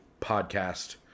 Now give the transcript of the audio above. podcast